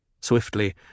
Swiftly